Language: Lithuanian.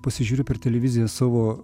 pasižiūriu per televiziją savo